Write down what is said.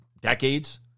decades